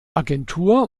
agentur